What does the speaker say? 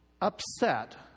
upset